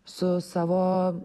su savo